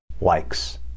likes